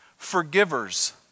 Forgivers